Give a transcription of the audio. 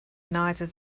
neither